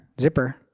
Zipper